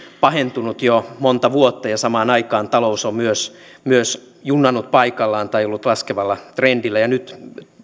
pahentunut jo monta vuotta ja samaan aikaan talous on myös junnannut paikallaan tai ollut laskevalla trendillä nyt